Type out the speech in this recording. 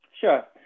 Sure